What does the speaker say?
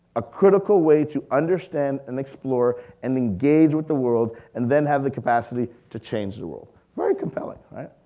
a critical way to understand and explore and engage with the world and then have the capacity to change the world. very compelling right.